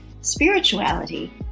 spirituality